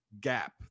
gap